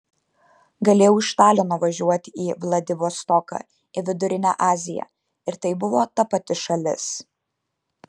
galėjau iš talino važiuoti į vladivostoką į vidurinę aziją ir tai buvo ta pati šalis